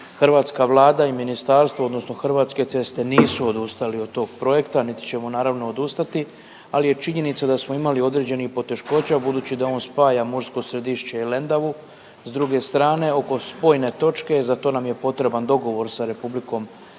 hrvatska Vlada i Ministarstvo odnosno Hrvatske ceste nisu odustali od tog projekta niti ćemo naravno odustati, ali je činjenica da smo imali određenih poteškoća budući da on spaja Mursko Središće i Lendavu s druge strane oko spojne točke. Za to nam je potreban dogovor sa Republikom susjednom